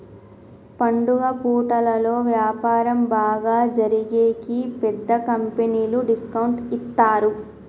పండుగ పూటలలో వ్యాపారం బాగా జరిగేకి పెద్ద కంపెనీలు డిస్కౌంట్ ఇత్తారు